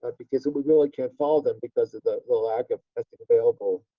but because we really can't follow them because of the lack of available.